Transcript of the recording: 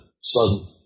sudden